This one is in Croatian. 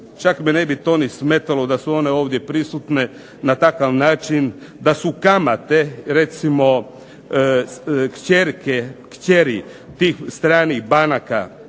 čak me ne bi to ni smetalo da su one ovdje prisutne na takav način da su kamate recimo, kćeri tih stranih banaka,